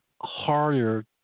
harder